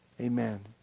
Amen